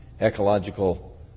ecological